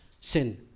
sin